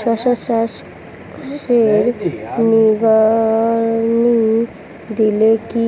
শশা চাষে নিড়ানি দিলে কি